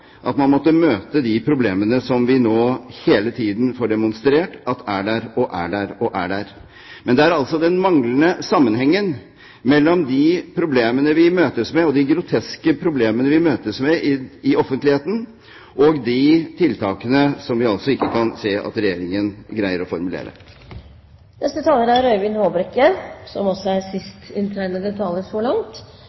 Man måtte møte de problemene som vi nå hele tiden får demonstrert er der, og er der og er der. Det er altså en manglende sammenheng mellom de groteske problemene vi møtes med i offentligheten, og de tiltakene som vi ikke kan se at Regjeringen greier å